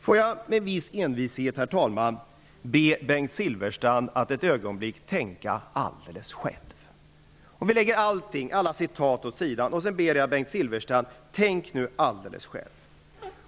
Låt mig med viss envishet, herr talman, be Bengt Silfverstrand att lägga alla citat åt sidan och ett ögonblick tänka alldeles själv.